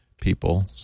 people